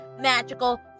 Magical